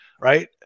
right